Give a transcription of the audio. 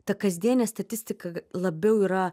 ta kasdienė statistika labiau yra